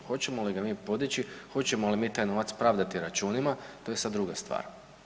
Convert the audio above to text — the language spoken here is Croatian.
Hoćemo li ga mi podići, hoćemo li mi taj novac pravdati računima to je sada druga stvar.